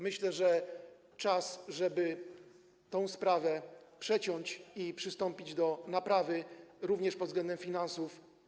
Myślę, że czas, żeby tę sprawę przeciąć i przystąpić do naprawy naszej gminy również po względem finansów.